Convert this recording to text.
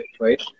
right